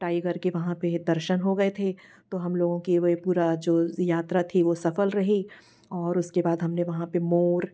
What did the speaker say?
tiger के वहाँ पे दर्शन हो गए थे तो हम लोगों की पूरा वो जो पूरा यात्रा थी वो सफल रही और उसके बाद हमने वहाँ पे मोर